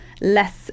less